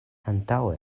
antaŭe